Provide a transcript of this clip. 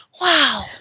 Wow